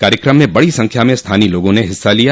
कार्यक्रम में बड़ी संख्या में स्थानीय लोगों ने हिस्सा लिया